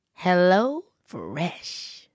HelloFresh